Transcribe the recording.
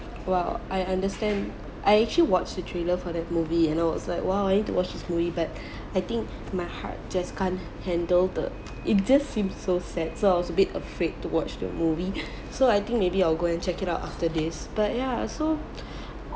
!wow! I understand I actually watched the trailer for that movie and I was like !wah! I need to watch this movie but I think my heart just can't handle the it just seems so sad so I was a bit afraid to watch the movie so I think maybe I'll go and check it out after this but ya so